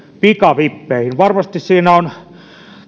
pikavippeihin varmasti siinä on